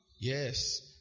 Yes